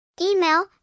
Email